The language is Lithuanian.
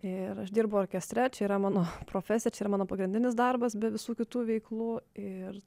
ir aš dirbu orkestre čia yra mano profesija čia yra mano pagrindinis darbas be visų kitų veiklų ir